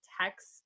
text